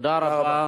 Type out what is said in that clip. תודה רבה.